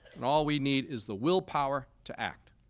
and all we need is the will power to act.